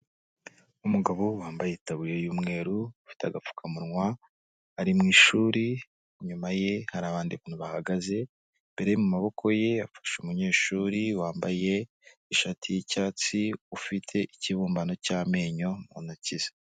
Umugabo wambaye itaburiya y'umweru, ufite agapfukamunwa, ari mu ishuri, inyuma ye hari abandi bantu bahagaze, imbere mu maboko ye afashe umunyeshuri, wambaye ishati y'icyatsi, ufite ikibumbano cy'amenyo mu ntoki ze.